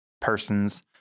persons